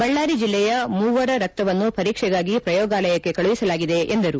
ಬಳ್ಳಾರಿ ಜಿಲ್ಲೆಯ ಮೂವರ ರಕ್ತವನ್ನು ಪರೀಕ್ಷೆಗಾಗಿ ಪ್ರಯೋಗಾಲಯಕ್ಕೆ ಕಳುಹಿಸಲಾಗಿದೆ ಎಂದರು